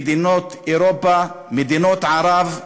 מדינות אירופה, מדינות ערב.